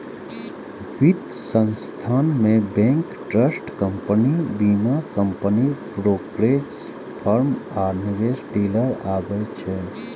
वित्त संस्थान मे बैंक, ट्रस्ट कंपनी, बीमा कंपनी, ब्रोकरेज फर्म आ निवेश डीलर आबै छै